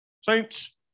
Saints